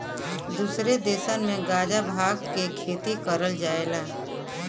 दुसरे देसन में गांजा भांग क खेती करल जाला